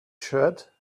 shirt